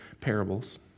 parables